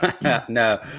no